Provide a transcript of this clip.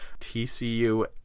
TCU